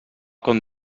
com